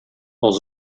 els